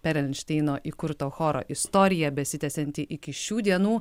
perelšteino įkurto choro istorija besitęsianti iki šių dienų